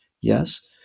yes